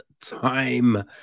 time